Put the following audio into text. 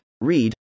read